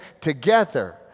together